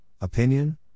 opinion